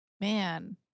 man